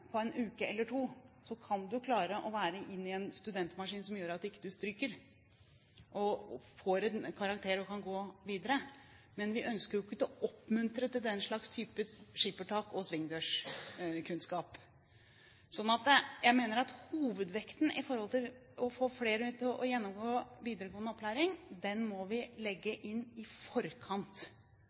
på en uke eller to, kan man klare å være i en studentmaskin som gjør at man ikke stryker og får en karakter og kan gå videre. Men vi ønsker jo ikke å oppmuntre til den type skippertak og slik svingdørskunnskap. Så jeg mener at hovedvekten for å få flere til å gjennomgå videregående opplæring må vi legge inn i forkant.